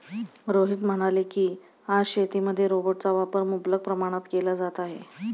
रोहित म्हणाले की, आज शेतीमध्ये रोबोटचा वापर मुबलक प्रमाणात केला जात आहे